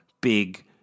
Big